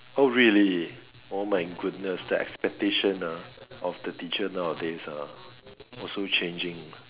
oh really oh my goodness the expectation ah of the teacher nowadays ah also changing